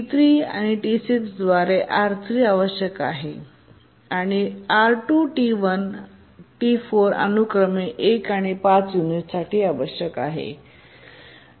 T3 आणि T6 द्वारे R3 आवश्यक आहे आणि R2 T1आणि T4 अनुक्रमे 1 आणि 5 युनिटसाठी आवश्यक आहे